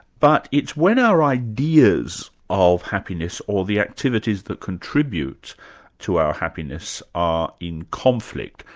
but it's when our ideas of happiness, or the activities that contribute to our happiness are in conflict,